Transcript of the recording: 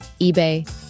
eBay